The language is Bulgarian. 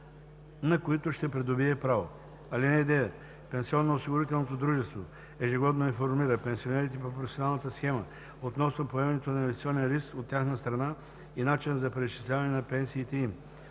на които ще придобие право. (9) Пенсионноосигурителното дружество ежегодно информира пенсионерите по професионалната схема относно поемането на инвестиционен риск от тяхна страна и начина за преизчисляване на пенсиите им.